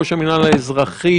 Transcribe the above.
ראש המנהל האזרחי,